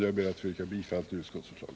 Jag ber att få yrka bifall till utskottets förslag.